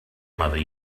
mother